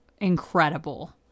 incredible